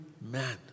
man